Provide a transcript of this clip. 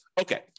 Okay